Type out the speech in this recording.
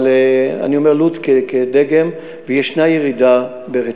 אבל אני אומר, לוד כדגם, ויש ירידה ברציחות.